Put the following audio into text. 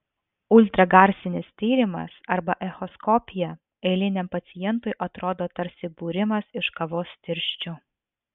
ultragarsinis tyrimas arba echoskopija eiliniam pacientui atrodo tarsi būrimas iš kavos tirščių